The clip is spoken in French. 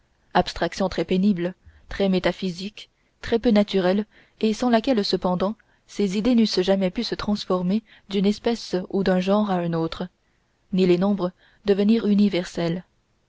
abstraction très pénible très métaphysique très peu naturelle et sans laquelle cependant ces idées n'eussent jamais pu se transporter d'une espèce ou d'un genre à un autre ni les nombres devenir universels